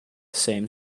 same